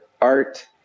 art